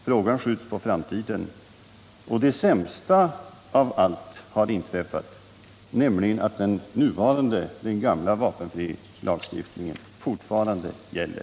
Frågan skjuts på framtiden, och det sämsta av allt har inträffat, nämligen att den gamla vapenfrilagstiftningen fortfarande gäller.